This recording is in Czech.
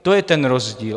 To je ten rozdíl.